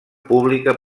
pública